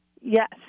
Yes